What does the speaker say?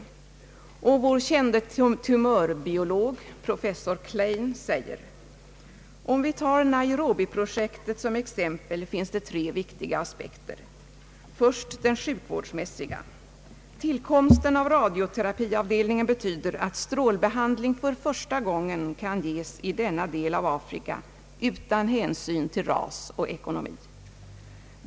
Vår kände tumörbiolog professor Klein säger: »Om vi tar Nairobiprojektet som exempel finns det tre viktiga aspekter. Först den sjukvårdsmässiga: tillkomsten av radioterapiavdelningen betyder att strålbehandling för första gången i denna del av Afrika ges utan hänsyn till ras och ekonomi.